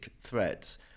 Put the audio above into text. threats